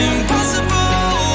Impossible